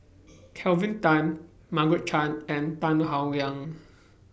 Kelvin Tan Margaret Chan and Tan Howe Liang